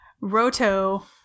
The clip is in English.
Roto